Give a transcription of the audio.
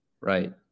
Right